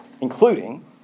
including